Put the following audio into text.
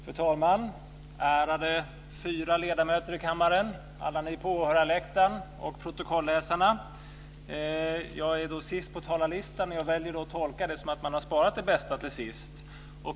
Fru talman! Ärade fyra ledamöter i kammaren, alla ni på åhörarläktaren och protokolläsarna! Jag är alltså sist på talarlistan men jag väljer att tolka det så att man har sparat det bästa till sist.